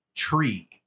tree